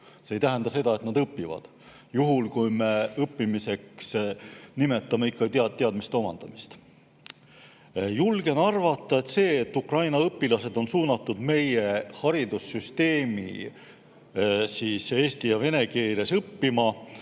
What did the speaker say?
see ei tähenda seda, et nad seal õpivad, juhul kui me õppimiseks nimetame teadmiste omandamist. Julgen arvata, et see, et Ukraina õpilased on meie haridussüsteemis suunatud eesti ja vene keeles õppima,